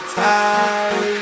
time